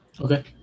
Okay